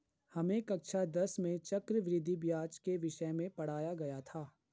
हमें कक्षा दस में चक्रवृद्धि ब्याज के विषय में पढ़ाया गया था